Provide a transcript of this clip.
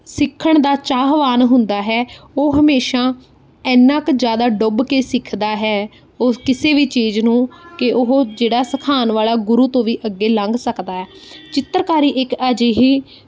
ਸਿੱਖਣ ਦਾ ਚਾਹਵਾਨ ਹੁੰਦਾ ਹੈ ਉਹ ਹਮੇਸ਼ਾ ਇੰਨਾ ਕੁ ਜ਼ਿਆਦਾ ਡੁੱਬ ਕੇ ਸਿੱਖਦਾ ਹੈ ਉਹ ਕਿਸੇ ਵੀ ਚੀਜ਼ ਨੂੰ ਕਿ ਉਹ ਜਿਹੜਾ ਸਿਖਾਉਣ ਵਾਲਾ ਗੁਰੂ ਤੋਂ ਵੀ ਅੱਗੇ ਲੰਘ ਸਕਦਾ ਹੈ ਚਿੱਤਰਕਾਰੀ ਇੱਕ ਅਜਿਹੀ